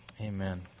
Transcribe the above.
Amen